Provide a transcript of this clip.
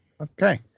Okay